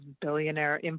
billionaire